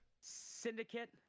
syndicate